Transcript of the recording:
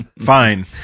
Fine